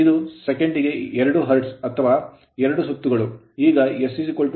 ಇದು ಸೆಕೆಂಡಿಗೆ 2 ಹರ್ಟ್ಜ್ ಅಥವಾ 2 ಸುತ್ತುಗಳು